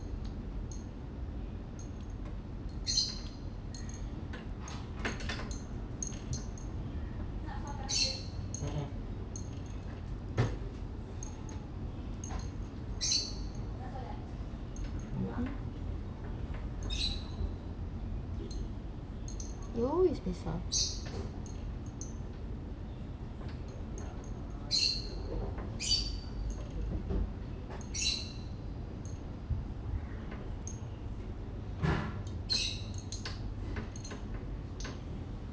mmhmm you'll always piss off